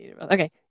okay